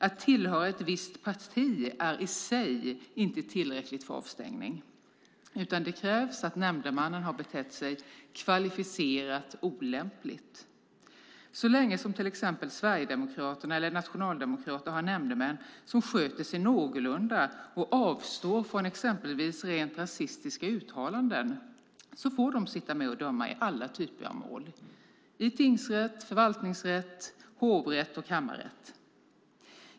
Att tillhöra ett visst parti är i sig inte tillräckligt för avstängning, utan det krävs att nämndemannen har betett sig kvalificerat olämpligt. Så länge som till exempel Sverigedemokraterna och Nationaldemokraterna har nämndemän som sköter sig någorlunda och avstår från exempelvis rent rasistiska uttalanden får de sitta med och döma i alla typer av mål, i tingsrätt, förvaltningsrätt, hovrätt och kammarrätt.